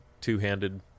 two-handed